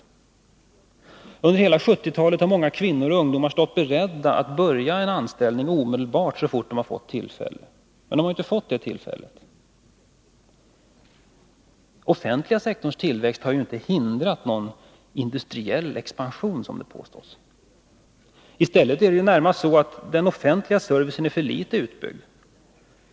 Under hela 1970-talet har många kvinnor och ungdomar stått beredda att omedelbart börja en anställning så fort de fått tillfälle, men de har inte fått det tillfället. Offentliga sektorns tillväxt har ju inte hindrat någon industriell expansion, som påstås. I stället är det närmast så att den offentliga servicen är alltför litet utbyggd.